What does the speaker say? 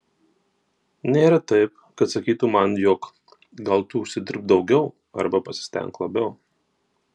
nėra taip kad sakytų man jog gal tu užsidirbk daugiau arba pasistenk labiau